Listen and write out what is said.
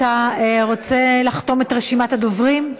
אתה רוצה לחתום את רשימת הדוברים?